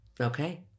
Okay